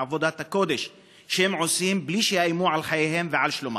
עבודת הקודש שהם עושים בלי שיאיימו על חייהם ועל שלומם.